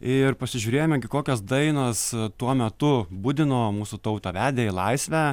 ir pasižiūrėjome gi kokios dainos tuo metu budino mūsų tautą vedė į laisvę